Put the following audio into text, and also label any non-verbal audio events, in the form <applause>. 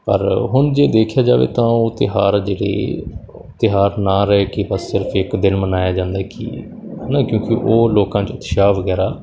ਪਰ ਹੁਣ ਜੇ ਦੇਖਿਆ ਜਾਵੇ ਤਾਂ ਉਹ ਤਿਉਹਾਰ ਅਜਿਹੇ ਤਿਉਹਾਰ ਨਾ ਰਹਿ ਕੇ ਬਸ ਸਿਰਫ਼ ਇਕ ਦਿਨ ਮਨਾਇਆ ਜਾਂਦਾ ਕਿ ਕਿਉਂਕਿ <unintelligible> ਉਹ ਲੋਕਾਂ 'ਚ ਉਤਸ਼ਾਹ ਵਗੈਰਾ